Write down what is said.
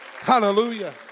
hallelujah